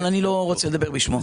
אבל אני לא רוצה לדבר בשמו.